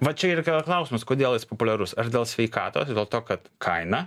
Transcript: va čia ir klausimas kodėl jis populiarus ar dėl sveikatos ir dėl to kad kaina